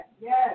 yes